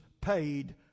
paid